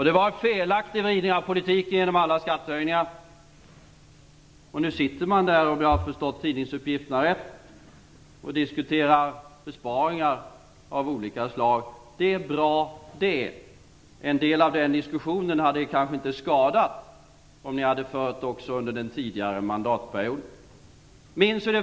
Det blev en felaktig vridning av politiken genom alla skattehöjningar. Nu sitter man där - om jag har förstått tidningsuppgifterna rätt - och diskuterar besparingar av olika slag. Det är bra. Men det kanske inte hade skadat om ni hade fört en del av den diskussionen även under den tidigare mandatperioden.